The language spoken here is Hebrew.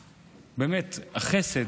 באמת, החסד,